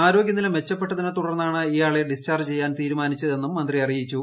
ആരോഗൃനില മെച്ചപ്പെട്ടതിനെ തുടർന്നാണ് ഇയാളെ ഡിസ്ചാർജ് ചെയ്യാൻ തീരുമാനിച്ചതെന്നും മന്ത്രി അറിയിച്ചു